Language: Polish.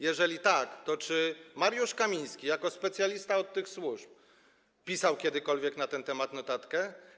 Jeżeli tak, to czy Mariusz Kamiński jako specjalista od tych służb pisał kiedykolwiek na ten temat notatkę?